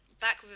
Back